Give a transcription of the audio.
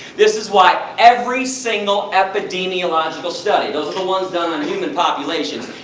this is why every single epidemiological study, those little ones done on the human populations.